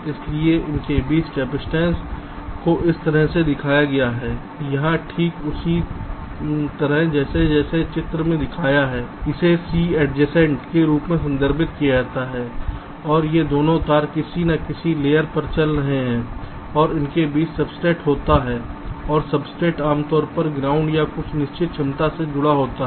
इसलिए उनके बीच कपसिटंस को इस तरह से दिखाया गया है यहाँ ठीक उसी तरह जैसे मैंने चित्र में दिखाया है इसे C एडजेसेंट के रूप में संदर्भित किया जाता है और ये दोनों तार किसी न किसी लेयर पर चल रहे होते हैं और इसके नीचे सब्सट्रेट होता है और सब्सट्रेट आमतौर पर ग्राउंड या कुछ निश्चित क्षमता से जुड़ा होता है